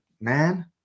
man